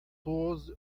tours